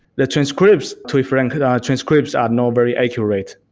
the transcripts to be frank, and transcripts are not very accurate,